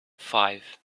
five